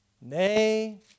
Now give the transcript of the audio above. Nay